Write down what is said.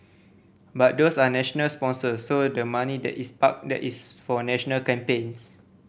but those are national sponsors so the money that is parked there is for national campaigns